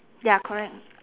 ya correct